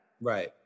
right